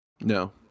No